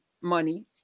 money